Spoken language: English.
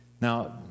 Now